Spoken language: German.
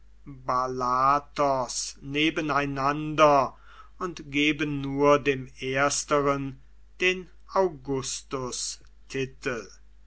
vaballathos nebeneinander und geben nur dem ersteren den augustustitel